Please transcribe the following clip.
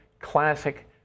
classic